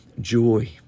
joy